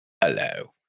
Hello